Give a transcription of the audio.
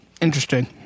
Interesting